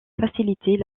faciliter